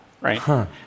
right